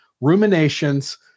Ruminations